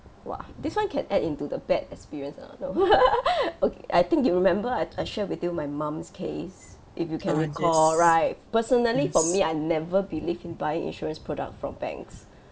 !wah! this one can add into the bad experience or not no okay I think you remember I I share with you my mum's case if you can recall right personally for me I never believe in buying insurance product from banks